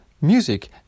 Music